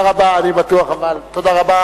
והקליטה.